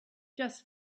just